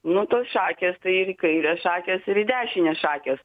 nu tos šakės tai ir į kairę šakės ir į dešinę šakės